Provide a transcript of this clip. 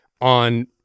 on